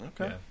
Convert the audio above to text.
Okay